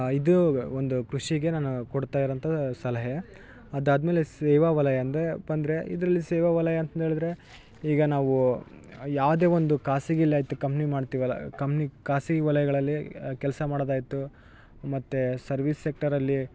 ಇದು ಒಂದು ಕೃಷಿಗೆ ನಾನು ಕೊಡ್ತಾ ಇರೋಂಥ ಸಲಹೆ ಅದಾದ್ಮೇಲೆ ಸೇವಾ ವಲಯ ಅಂದೆ ಬಂದರೆ ಇದರಲ್ಲಿ ಸೇವಾವಲಯ ಅಂತಂದೇಳಿದರೆ ಈಗ ನಾವೂ ಯಾವುದೇ ಒಂದು ಖಾಸಗಿಲೆ ಆಯ್ತು ಕಂಪ್ನಿ ಮಾಡ್ತಿವಲ್ಲ ಕಂಪ್ನಿ ಖಾಸಗಿವಲಯಗಳಲ್ಲಿ ಕೆಲಸ ಮಾಡೋದಾಯ್ತು ಮತ್ತು ಸರ್ವಿಸ್ ಸೆಕ್ಟರಲ್ಲಿ